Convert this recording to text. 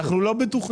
אנחנו לא בטוחים.